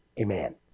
Amen